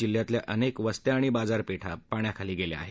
जिल्ह्यातल्या अनेक वस्त्या आणि बाजारपेठा पाण्याखाली आहेत